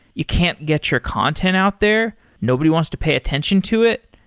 you can't get your content out there. nobody wants to pay attention to it.